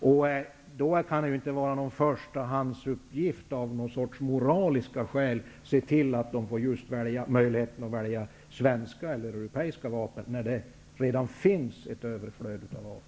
Det kan inte vara någon åtgärd i första hand att av moraliska skäl se till att de får möjlighet att välja svenska eller europeiska vapen, när det redan finns ett överflöd av vapen.